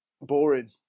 boring